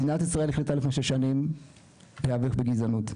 מדינת ישראל החליטה לפני 6 שנים להיאבק בגזענות.